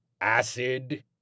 Acid